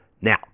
Now